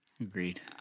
Agreed